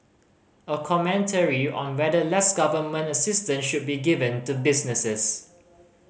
a commentary on whether less government assistance should be given to businesses